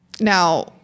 Now